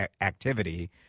activity